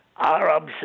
Arabs